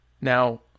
Now